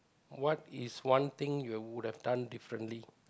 what is one thing you would have done differently